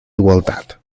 igualtat